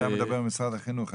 אבל אתה מדבר ממשרד החינוך,